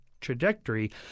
Trajectory